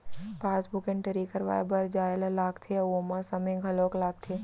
passbook entry करवाए बर जाए ल लागथे अउ ओमा समे घलौक लागथे